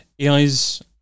AI's